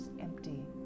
empty